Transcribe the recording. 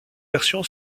version